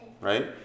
right